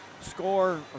Score